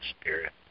spirit